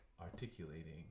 articulating